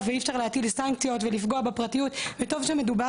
ואי אפשר להטיל סנקציות ולפגוע בפרטיות וטוב שמדובר